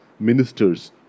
Ministers